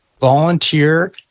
volunteer